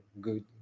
good